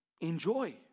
enjoy